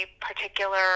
particular